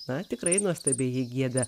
na tikrai nuostabiai ji gieda